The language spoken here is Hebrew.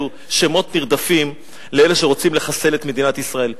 אלו שמות נרדפים לאלו שרוצים לחסל את מדינת ישראל.